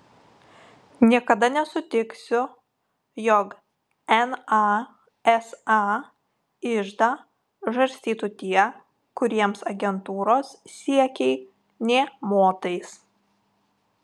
niekada nesutiksiu jog nasa iždą žarstytų tie kuriems agentūros siekiai nė motais